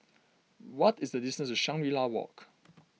what is the distance to Shangri La Walk